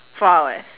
four hours